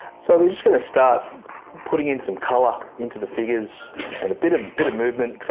so we're just going to start putting in some colour into the figures and a bit, a bit of movement,